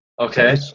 Okay